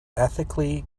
ethically